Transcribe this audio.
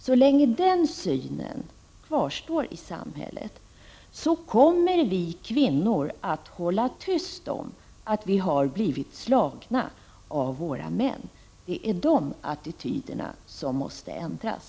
Så länge den synen kvarstår i samhället kommer vi kvinnor att hålla tyst om att vi har blivit slagna av våra män. Det är de attityderna som måste ändras.